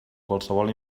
qualsevol